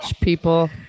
people